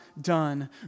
done